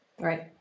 Right